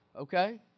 okay